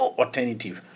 alternative